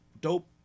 dope